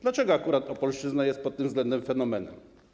Dlaczego akurat Opolszczyzna jest pod tym względem fenomenem?